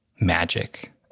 magic